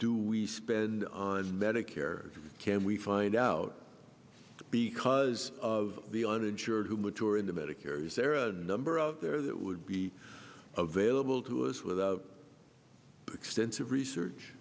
do we spend on medicare can we find out because of the uninsured who mature into medicare is there a number out there that would be available to us without extensive